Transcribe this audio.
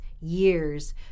years